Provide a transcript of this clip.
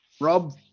Rob